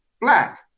black